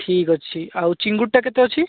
ଠିକ୍ଅଛି ଆଉ ଚିଙ୍ଗୁଡ଼ିଟା କେତେ ଅଛି